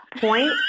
point